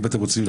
אם אתם רוצים,